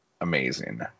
amazing